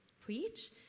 preach